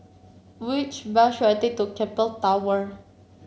which bus should I take to Keppel Tower